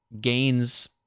gains